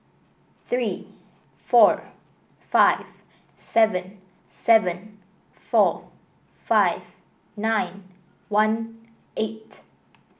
three four five seven seven four five nine one eight